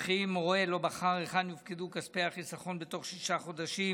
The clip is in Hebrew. וכי אם הורה לא בחר היכן יופקדו כספי החיסכון בתוך שישה חודשים